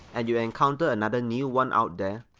and you encounter another new one out there,